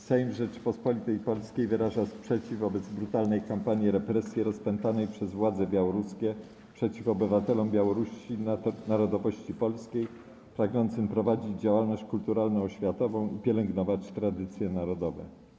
Sejm Rzeczypospolitej Polskiej wyraża sprzeciw wobec brutalnej kampanii represji rozpętanej przez władze białoruskie przeciw obywatelom Białorusi narodowości polskiej pragnącym prowadzić działalność kulturalno-oświatową i pielęgnować tradycje narodowe.